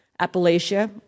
Appalachia